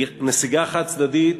נסיגה חד-צדדית